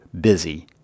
busy